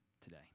today